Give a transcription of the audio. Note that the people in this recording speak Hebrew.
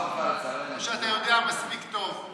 או שאתה יודע מספיק טוב,